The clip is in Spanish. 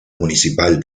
municipal